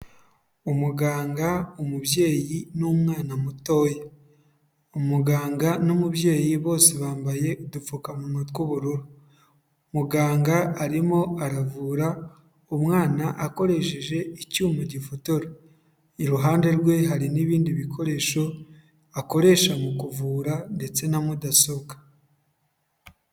Umuganga, umubyeyi n'umwana mutoya, umuganga n'umubyeyi bose bambaye udupfukamunwa tw'ubururu, muganga arimo aravura umwana akoresheje icyuma gifotora, iruhande rwe hari n'ibindi bikoresho, akoresha mu kuvura ndetse na mudasobwa.